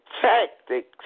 tactics